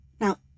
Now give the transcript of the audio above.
Now